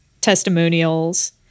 testimonials